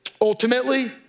Ultimately